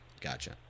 gotcha